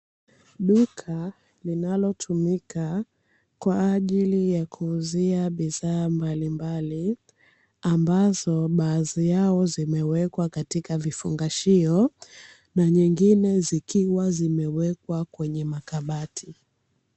Duka linalotumika kwa ajili ya kuuzia bidhaa mbalimbali, ambazo baadhi yao zimewekwa katika vifungashio, na nyingine zikiwa zimewekwa kwenye makabati.